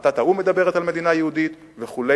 החלטת האו"ם מדברת על מדינה יהודית וכו'